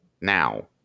Now